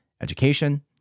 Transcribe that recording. education